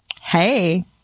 hey